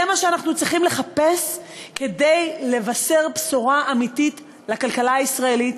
זה מה שאנחנו צריכים לחפש כדי לבשר בשורה אמיתית לכלכלה הישראלית,